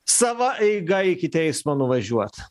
sava eiga iki teismo nuvažiuot